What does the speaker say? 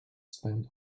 spend